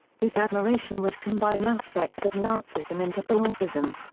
this admiration would combine aspects of nazism into ba'athism.